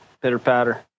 Pitter-patter